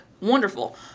wonderful